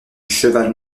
cheval